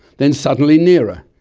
then suddenly nearer,